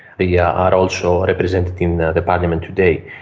they yeah are also represented in the parliament today.